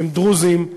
הם דרוזים,